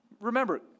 Remember